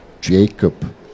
Jacob